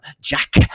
jack